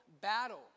battle